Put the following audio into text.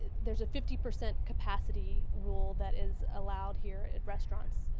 there is a fifty percent cap ah city rule that is allowed here at restaurants,